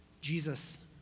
Jesus